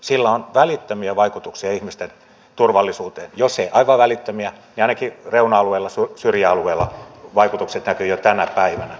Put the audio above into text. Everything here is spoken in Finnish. sillä on välittömiä vaikutuksia ihmisten turvallisuuteen jos ei aivan välittömiä niin ainakin reuna alueilla syrjäalueilla vaikutukset näkyvät jo tänä päivänä